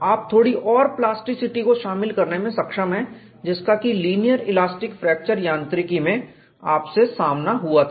आप थोड़ी और प्लास्टिसिटी को शामिल करने में सक्षम है जिसका कि लीनियर इलास्टिक फ्रैक्चर यांत्रिकी में आपसे सामना हुआ था